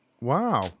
Wow